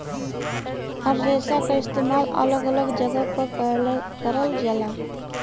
हर रेसा क इस्तेमाल अलग अलग जगह पर करल जाला